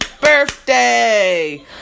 Birthday